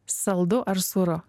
saldu ar sūru